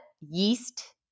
yeast